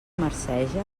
marceja